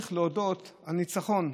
צריך להודות על ניצחון.